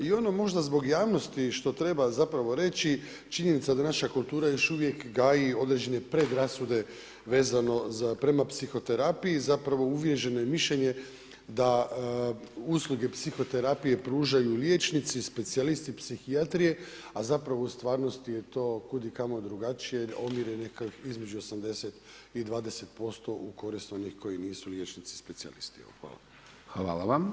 I ono možda zbog javnosti, što treba zapravo reći, činjenica da naša kultura još uvijek gaji određene predrasude, vezano, prema psihoterapiji, zapravo … je mišljenje, da usluge psihoterapije pružaju liječnici, specijalisti, psihijatrije, a zapravo u stvarnosti je tu kud i kamo drugačije, jer omjer između 80 i 20% u korist onih koji nisu liječnici specijalisti.